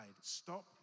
Stop